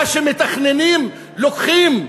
לוקחים.